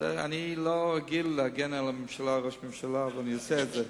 אני לא רגיל להגן על הממשלה, אבל אני אעשה את זה.